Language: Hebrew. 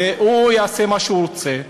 והוא יעשה מה שהוא רוצה.